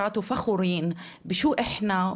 בדיון היום ידבר נ',